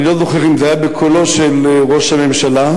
אני לא זוכר אם זה היה בקולו של ראש הממשלה,